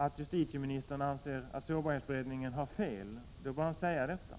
Om justitieministern anser att sårbarhetsberedningen har fel, då bör han säga detta